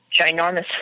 ginormous